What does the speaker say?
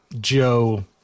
Joe